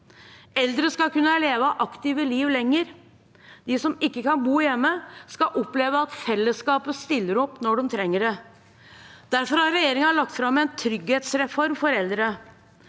Eldre skal kunne leve et aktivt liv lenger. De som ikke kan bo hjemme, skal oppleve at fellesskapet stiller opp når de trenger det. Derfor har regjeringen lagt fram en trygghetsreform for eldre.